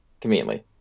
Conveniently